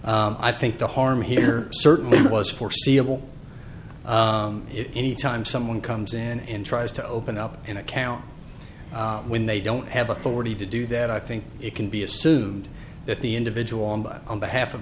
i think the harm here certainly was foreseeable it anytime someone comes in and tries to open up an account when they don't have authority to do that i think it can be assumed that the individual on behalf of